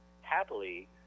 happily